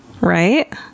Right